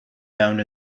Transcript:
found